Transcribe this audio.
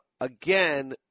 again